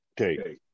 Okay